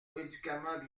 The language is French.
médicaments